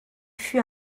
fut